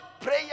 prayer